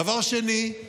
דבר שני,